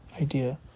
idea